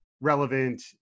relevant